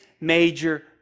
major